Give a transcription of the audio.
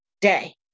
day